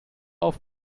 auf